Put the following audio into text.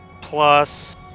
plus